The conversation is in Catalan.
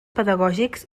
pedagògics